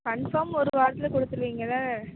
confirm ஒரு வாரத்தில் கொடுத்துருவிங்கள